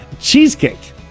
cheesecake